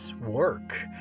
work